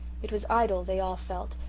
it was idle, they all felt,